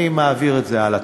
אני מעביר את זה הלאה.